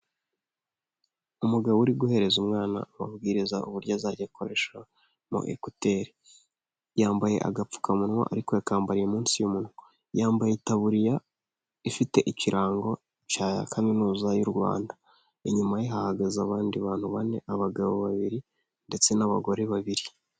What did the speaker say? Umugabo uri guhereza umwana amabwiriza uburyo azajya akoresha ama ekuteri, yambaye agapfukamunwa ariko yakambariye munsi y'umunwa, yambaye itaburiya ifite ikirango cya kaminuza y'u Rwanda, inyuma ye hahagaze abandi bantu bane; abagabo babiri ndetse n'abagore babiri.